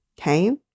okay